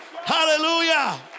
Hallelujah